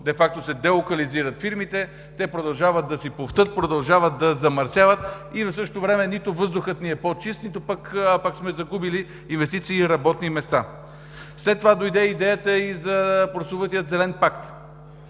де факто се делокализират фирмите, те продължават да си пуфтят, да замърсяват и в същото време нито въздухът ни е по-чист, а пък сме загубили инвестиции и работни места. След това дойде идеята за прословутия Зелен пакт.